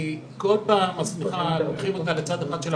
כי כל פעם השמיכה, לוקחים אותה לצד אחד.